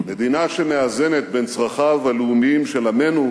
מדינה שמאזנת בין צרכיו הלאומיים של עמנו